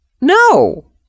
No